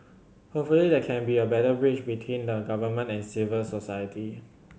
hopefully there can be a better bridge between the Government and civil society